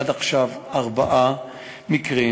עד עכשיו ארבעה מקרים,